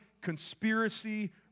conspiracy